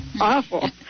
Awful